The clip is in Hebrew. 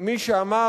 מי שאמר,